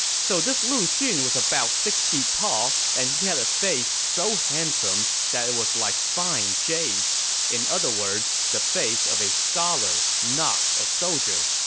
so this lu xun was about six feet tall and had a face so handsome that it was like fine jade in other words, the face of a scholar, not a soldier.